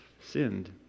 sinned